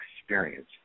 experience